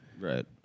Right